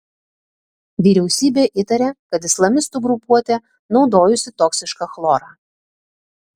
vyriausybė įtaria kad islamistų grupuotė naudojusi toksišką chlorą